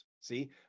See